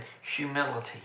humility